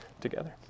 together